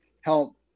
help